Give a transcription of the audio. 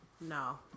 No